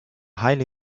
highly